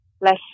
less